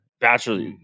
Bachelor